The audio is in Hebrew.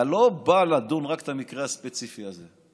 אתה לא בא לדון רק את המקרה הספציפי הזה,